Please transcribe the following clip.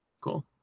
Cool